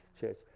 church